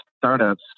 startups